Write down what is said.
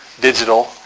digital